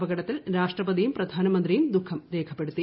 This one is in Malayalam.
അപകടത്തിൽ രാഷ്ട്രപതിയും പ്രധാനമന്ത്രിയും ദുഖം രേഖപ്പെടുത്തി